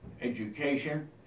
education